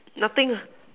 nothing ah